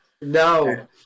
No